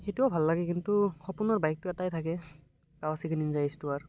সেইটোও ভাল লাগে কিন্তু সপোনৰ বাইকতো এটাই থাকে Kawasaki Ninja H two R